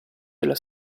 della